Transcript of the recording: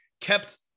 kept